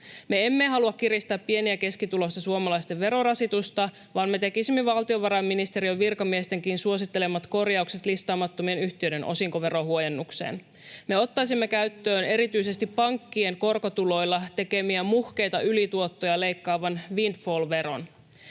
emme halua kiristää pieni- ja keskituloisten suomalaisten verorasitusta, vaan me tekisimme valtiovarainministeriön virkamiestenkin suosittelemat korjaukset listaamattomien yhtiöiden osinkoverohuojennukseen. Me ottaisimme käyttöön erityisesti pankkien korkotuloilla tekemiä muhkeita ylituottoja leikkaavan windfall-veron.